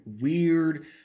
weird